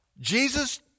Jesus